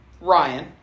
Ryan